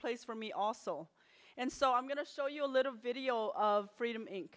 place for me also and so i'm going to show you a little video of freedom inc